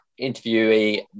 interviewee